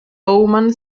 bowman